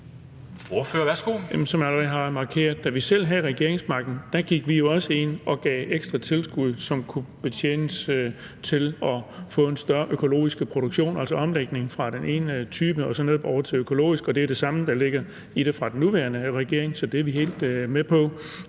da vi selv havde regeringsmagten, gik vi jo også ind og gav ekstra tilskud, som kunne tjene til at få en større økologisk produktion, altså til en omlægning fra en type produktion over til en økologisk. Det er det samme, der ligger i det fra den nuværende regerings side. Så det er vi helt med på.